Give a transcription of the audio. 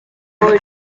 ubwo